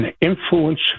influence